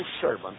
servant